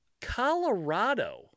Colorado